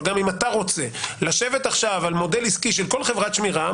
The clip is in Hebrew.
אבל גם אם אתה רוצה לשבת עכשיו על מודל עסקי של כל חברת שמירה,